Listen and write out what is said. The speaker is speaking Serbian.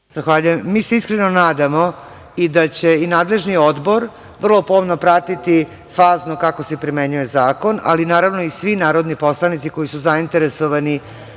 Zahvaljujem. Mi se iskreno nadamo da će nadležni odbor vrlo pomno pratiti fazno kako se primenjuje zakon, ali naravno i svi narodni poslanici koji su zainteresovani